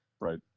Right